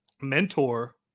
mentor